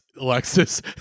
Alexis